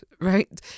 right